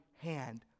hand